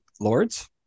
lords